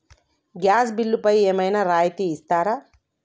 Gas బిల్లుపై ఏమైనా రాయితీ ఇస్తారా?